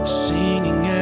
singing